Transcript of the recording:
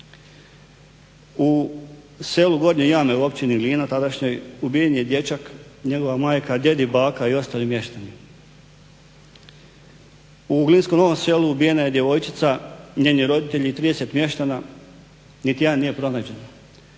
U selu gornje Jame, u općini Glina tadašnjoj, ubijen je dječak, njegova majka, djed i baka i ostali mještani. U Glinskom novom selu ubijena je djevojčica, njeni roditelji i 30 mještana, niti jedan nije pronađen.